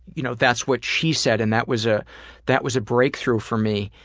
you know that's what she said and that was ah that was a breakthrough for me.